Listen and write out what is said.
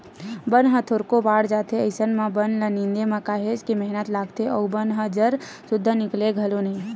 बन ह थोरको बाड़ जाथे अइसन म बन ल निंदे म काहेच के मेहनत लागथे अउ बन ह जर सुद्दा निकलय घलोक नइ